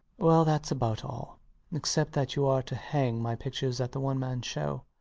well, thats about all except that you are to hang my pictures at the one-man show.